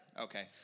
Okay